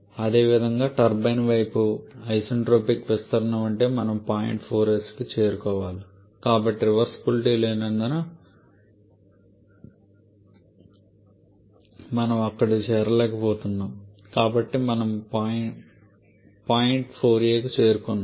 అదేవిధంగా టర్బైన్ వైపు ఐసెన్ట్రోపిక్ విస్తరణ ఉంటే మనం పాయింట్ 4s చేరుకోవాలి కానీ రివర్సీబులిటీ లేనందున మనం అక్కడికి చేరుకోలేకపోతున్నాం కాబట్టి మనం పాయింట్ 4a కు చేరుకుంటున్నాము